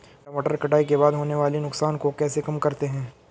टमाटर कटाई के बाद होने वाले नुकसान को कैसे कम करते हैं?